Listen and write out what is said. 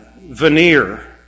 veneer